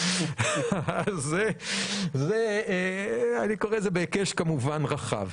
אני קורא את זה בהיקש רחב.